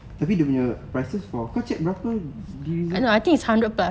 tapi dia punya prices for kau check berapa the resort